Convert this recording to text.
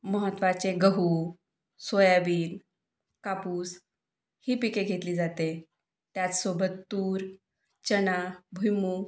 महत्त्वाचे गहू सोयाबीन कापूस ही पिके घेतली जाते त्याचसोबत तूर चणा भुईमूग